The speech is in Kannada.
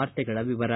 ವಾರ್ತೆಗಳ ವಿವರ